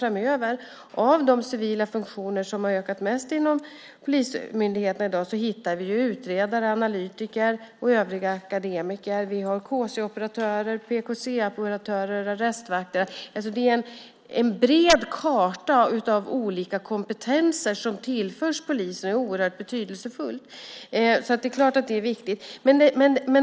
Bland de civila funktioner som har ökat mest inom polismyndigheterna i dag hittar vi utredare, analytiker och övriga akademiker. Det är KC-operatörer, PKC-operatörer och arrestvakter. Det är en bred karta av olika kompetenser som tillförs polisen, vilket är oerhört betydelsefullt. Det är klart att det är viktigt.